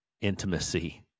intimacy